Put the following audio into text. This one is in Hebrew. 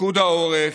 פיקוד העורף,